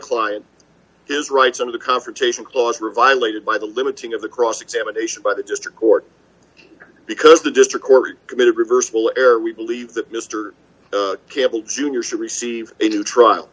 client his rights under the confrontation clause were violated by the limiting of the cross examination by the district court because the district court committed reversible d error we believe that mr campbell jr should receive d a new trial